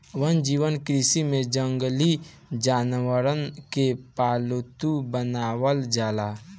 वन्यजीव कृषि में जंगली जानवरन के पालतू बनावल जाला